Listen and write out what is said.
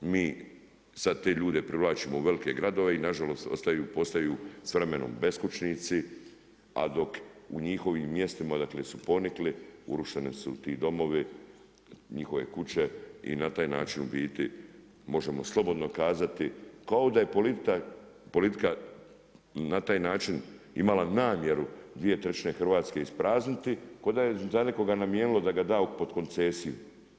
Mi sad te ljude privlačimo u velike gradove i nažalost postaju s vremenom beskućnici a dok u njihovim mjestima su ponikli urušeni su ti domovi, njihove kuće i na taj način u biti možemo slobodno kazati kao da je politika na taj način imala namjeru dvije trećine Hrvatske isprazniti kao da je za nekoga namijenilo da ga da pod koncesiju.